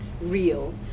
real